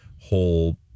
whole